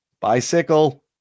Bicycle